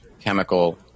chemical